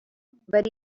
but